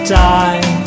die